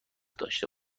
داشته